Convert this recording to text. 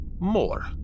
More